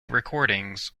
recordings